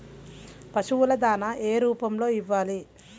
పశువుల దాణా ఏ రూపంలో ఇవ్వాలి?